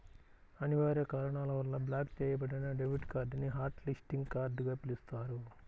అనివార్య కారణాల వల్ల బ్లాక్ చెయ్యబడిన డెబిట్ కార్డ్ ని హాట్ లిస్టింగ్ కార్డ్ గా పిలుస్తారు